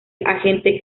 agente